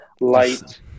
light